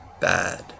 bad